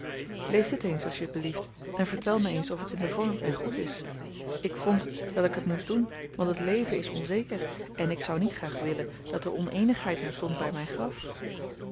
lees dit eens als t je blieft en vertel mij eens of het in den vorm en goed is ik vond dat ik het moest doen want het leven is onzeker en ik zou niet graag willen dat er oneenigheid ontstond bij mijn graf